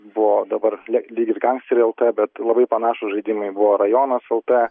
buvo dabar leg lyg ir gangsteriai lt bet labai panašūs žaidimai buvo rajonas lt